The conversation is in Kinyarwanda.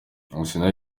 arsenal